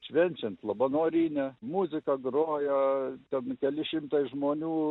švenčiant labanorinę muziką grojo ten keli šimtai žmonių